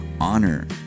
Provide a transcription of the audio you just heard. honor